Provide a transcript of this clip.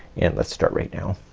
and let's start right now.